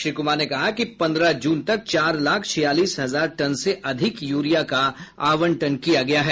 श्री कुमार ने कहा कि पंद्रह जून तक चार लाख छियालीस हजार टन से अधिक यूरिया का आवंटन किया गया है